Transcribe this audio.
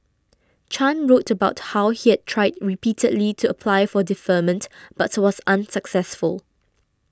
Chan wrote about how he had tried repeatedly to apply for deferment but was unsuccessful